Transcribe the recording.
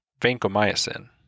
vancomycin